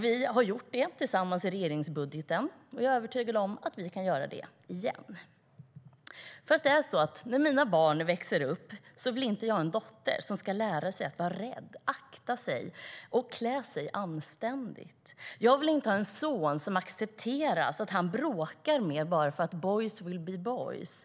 Vi har gjort detta tillsammans i regeringsbudgeten, och jag är övertygad om att vi kan göra det igen. När mina barn växer upp vill jag inte ha en dotter som ska lära sig att vara rädd, att akta sig och att klä sig anständigt. Jag vill inte att man accepterar att min son bråkar mer bara för att boys will be boys.